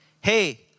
Hey